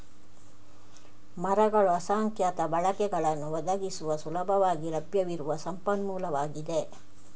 ಮರಗಳು ಅಸಂಖ್ಯಾತ ಬಳಕೆಗಳನ್ನು ಒದಗಿಸುವ ಸುಲಭವಾಗಿ ಲಭ್ಯವಿರುವ ಸಂಪನ್ಮೂಲವಾಗಿದೆ